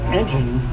engine